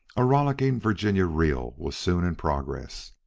a rollicking virginia reel was soon in progress.